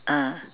ah